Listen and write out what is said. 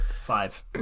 Five